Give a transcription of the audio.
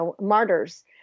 martyrs